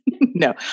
No